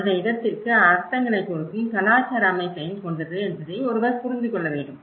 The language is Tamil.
அந்த இடத்திற்கு அர்த்தங்களைக் கொடுக்கும் கலாச்சார அமைப்பையும் கொண்டது என்பதை ஒருவர் புரிந்து கொள்ள வேண்டும்